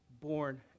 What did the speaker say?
born